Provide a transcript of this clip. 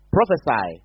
Prophesy